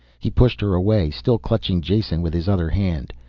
he pushed her away, still clutching jason with his other hand.